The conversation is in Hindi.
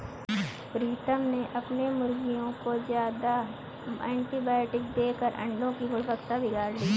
प्रीतम ने अपने मुर्गियों को ज्यादा एंटीबायोटिक देकर अंडो की गुणवत्ता बिगाड़ ली